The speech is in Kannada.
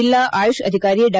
ಜಿಲ್ಲಾ ಆಯುಷ್ ಅಧಿಕಾರಿ ಡಾ